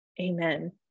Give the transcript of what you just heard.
Amen